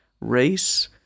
Race